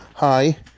Hi